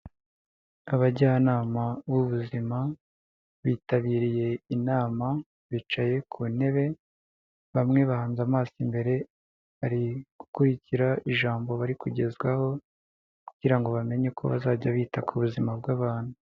Abajyanama b'ubuzima, bitabiriye inama, bicaye ku ntebe, bamwe bahanga amaso imbere, bari gukurikira ijambo bari kugezwaho, kugira ngo bamenye ko bazajya bita ku buzima bw'abantu.